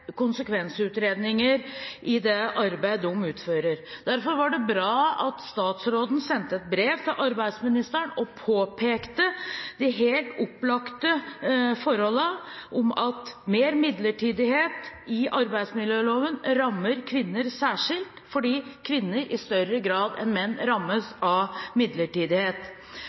konsekvensutredninger i det arbeidet de utfører. Derfor var det bra at statsråden sendte et brev til arbeidsministeren og påpekte det helt opplagte forholdet at mer midlertidighet i arbeidsmiljøloven rammer kvinner særskilt, fordi kvinner i større grad enn menn rammes